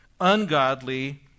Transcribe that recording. ungodly